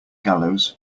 gallows